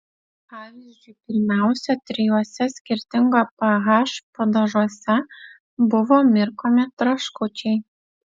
pavyzdžiui pirmiausia trijuose skirtingo ph padažuose buvo mirkomi traškučiai